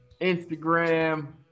Instagram